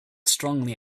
strongly